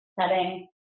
setting